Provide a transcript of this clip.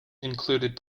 included